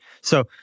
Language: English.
So-